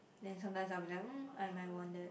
then sometimes I'll be like mm I might want that